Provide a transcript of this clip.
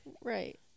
right